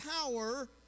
power